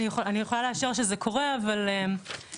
אני יכולה לאשר שזה קורה אבל --- יש